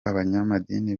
abanyamadini